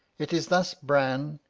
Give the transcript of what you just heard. it is thus bran,